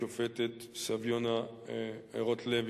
השופטת סביונה רוטלוי.